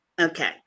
Okay